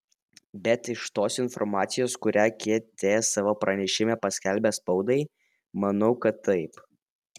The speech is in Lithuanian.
bet iš tos informacijos kurią kt savo pranešime paskelbė spaudai manau kad taip